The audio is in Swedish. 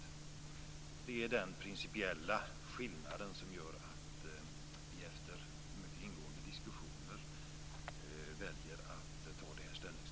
Det är denna principiella skillnad som gör att vi efter mycket ingående diskussioner väljer att göra detta ställningstagande.